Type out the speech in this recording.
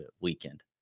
weekend